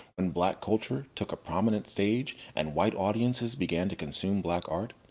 when black culture took a prominent stage and white audiences began to consume black art,